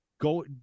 Go